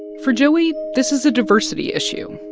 for joey, this is a diversity issue,